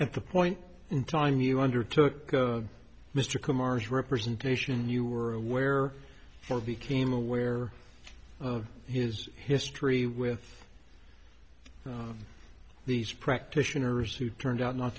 at the point in time you undertook mr commers representation you were aware for became aware of his history with these practitioners who turned out not